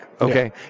okay